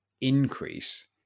increase